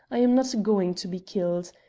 i am not going to be killed.